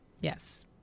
Yes